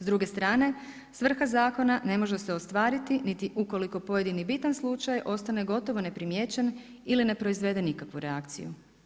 S druge strane, svrha zakona ne može se ostvariti niti ukoliko pojedini bitan slučaj ostane gotovo neprimijećen ili ne proizvede nikakvu reakciju.